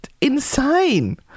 Insane